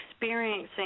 experiencing